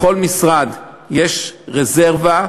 לכל משרד יש רזרבה,